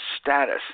status